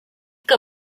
que